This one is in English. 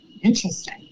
Interesting